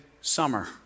Summer